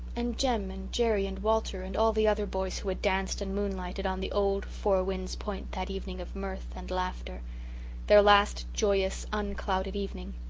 and jem and jerry and walter and all the other boys who had danced and moonlighted on the old four winds point that evening of mirth and laughter their last joyous unclouded evening.